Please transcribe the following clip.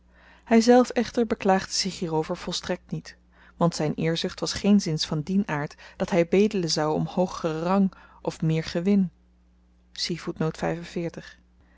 hyzelf echter beklaagde zich hierover volstrekt niet want zyn eerzucht was geenszins van dien aard dat hy bedelen zou om hoogeren rang of meer gewin